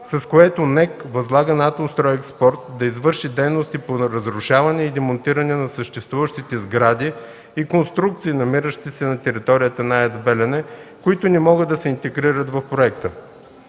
с което НЕК възлага на „Атомстройекспорт” да извърши дейности по разрушаване и демонтиране на съществуващите сгради и конструкции, намиращи се на територията на АЕЦ “Белене”, които не могат да се интегрират в проекта.